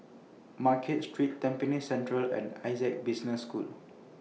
Market Street Tampines Central and Essec Business School